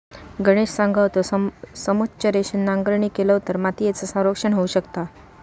गणेश सांगा होतो, समोच्च रेषेन नांगरणी केलव तर मातीयेचा संरक्षण होऊ शकता